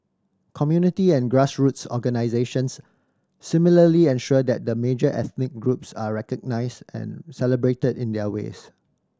community and grassroots organisations similarly ensure that the major ethnic groups are recognised and celebrated in their ways